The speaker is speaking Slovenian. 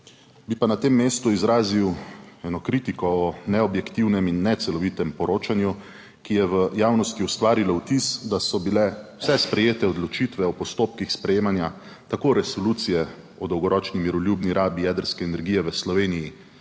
Bi pa na tem mestu izrazil eno kritiko o neobjektivnem in necelovitem poročanju, ki je v javnosti ustvarila vtis, da so bile vse sprejete odločitve o postopkih sprejemanja tako Resolucije o dolgoročni miroljubni rabi jedrske energije v Sloveniji